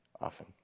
often